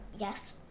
Yes